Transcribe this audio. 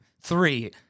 Three